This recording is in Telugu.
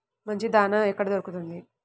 మంచి దాణా ఎక్కడ దొరుకుతుంది?